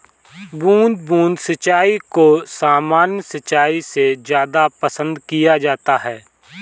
बूंद बूंद सिंचाई को सामान्य सिंचाई से ज़्यादा पसंद किया जाता है